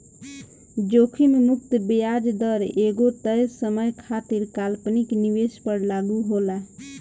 जोखिम मुक्त ब्याज दर एगो तय समय खातिर काल्पनिक निवेश पर लागू होला